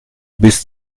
bis